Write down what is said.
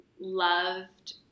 loved